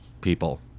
people